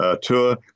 tour